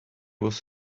was